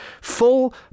full